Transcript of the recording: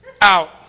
out